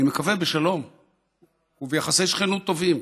אני מקווה, בשלום וביחסי שכנות טובים,